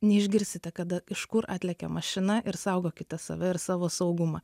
neišgirsite kada iš kur atlekia mašina ir saugokite save ir savo saugumą